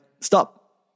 stop